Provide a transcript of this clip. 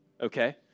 okay